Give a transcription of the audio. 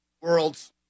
Worlds